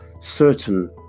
certain